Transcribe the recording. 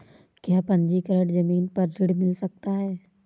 क्या पंजीकरण ज़मीन पर ऋण मिल सकता है?